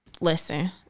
listen